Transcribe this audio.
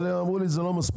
אבל אמרו לי שזה לא מספיק,